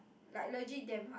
like legit damn hard